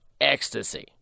Ecstasy